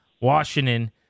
Washington